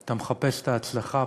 אתה מחפש את ההצלחה?